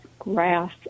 grass